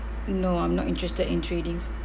no I'm not interested in tradings